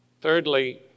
Thirdly